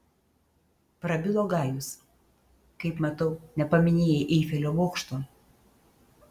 prabilo gajus kaip matau nepaminėjai eifelio bokšto